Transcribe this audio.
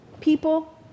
people